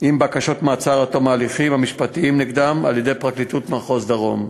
עם בקשות מעצר עד תום ההליכים המשפטיים על-ידי פרקליטות מחוז דרום.